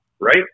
right